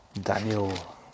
Daniel